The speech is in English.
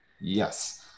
Yes